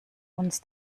uns